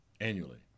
Annually